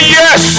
yes